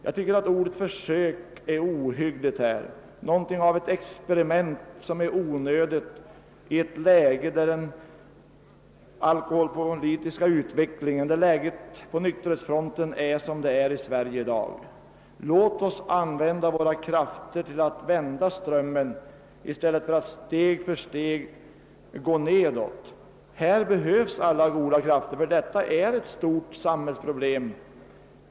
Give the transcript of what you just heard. Jag tycker att ordet »försök» är ohyggligt i detta sammanhang. Det gäller ett experiment som är onödigt mot bakgrunden av den alkoholpolitiska utvecklingen och med tanke på dagens läge på nykterhetsfronten i Sverige. Låt oss använda våra krafter för att vända strömmen i stället för att steg för steg gå nedåt! Här behövs alla goda krafter, ty detta är ett mycket stort samhällsproblem.